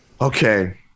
Okay